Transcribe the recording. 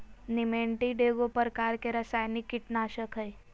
निमेंटीड एगो प्रकार के रासायनिक कीटनाशक हइ